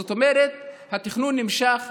זאת אומרת התכנון נמשך,